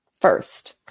First